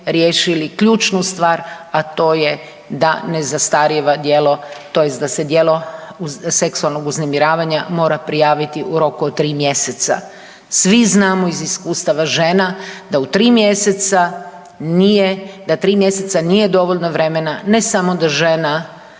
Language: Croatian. riješili ključnu stvar, a to je da ne zastarijeva djelo, tj. da se djelo seksualnog uznemiravanja mora prijaviti u roku od 3 mjeseca. Svi znamo iz iskustava žena da u 3 mjeseca nije, da 3 mjeseca nije dovoljno vremena, ne samo da žena